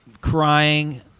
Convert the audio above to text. crying